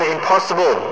Impossible